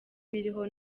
biriho